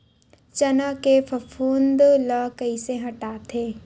चना के फफूंद ल कइसे हटाथे?